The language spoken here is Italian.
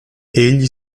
egli